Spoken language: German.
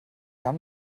haben